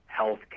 healthcare